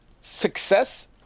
Success